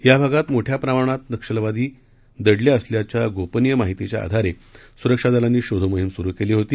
या भागात मोठ्या प्रमाणात नक्षलवादी दडले असल्याच्या गोपनीय माहितीच्या आधारे सुरक्षा दलांकडून शोध मोहीम सुरू होती